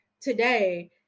today